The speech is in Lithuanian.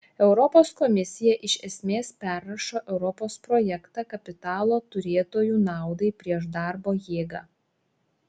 europos komisija iš esmės perrašo europos projektą kapitalo turėtojų naudai prieš darbo jėgą